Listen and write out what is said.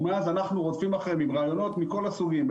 ומאז אנחנו רודפים אחריהם עם רעיונות מכל הסוגים,